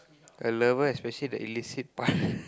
a lover especially the illicit partner